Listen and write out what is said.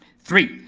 three,